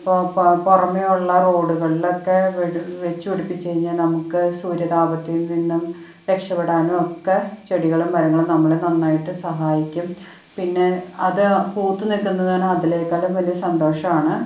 പുറമേയുള്ള റോഡുകളിലൊക്കെ വെച്ചു പിടിപ്പിച്ച് കഴിഞ്ഞാൽ നമുക്ക് സൂര്യ താപത്തിൽ നിന്നും രക്ഷപ്പെടാനും ഒക്കെ ചെടികളും മരങ്ങളും നമ്മളെ നന്നായിട്ട് സഹായിക്കും പിന്നെ അതു പൂത്തു നിൽക്കുന്നതാണ് അതിലേക്കാളും വലിയ സന്തോഷമാണ്